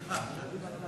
עמית?